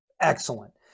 excellent